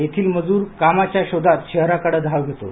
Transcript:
येथील मजूर कामाच्या शोधात शहराकड धाव घेतो